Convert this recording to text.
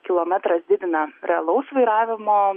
kilometras didina realaus vairavimo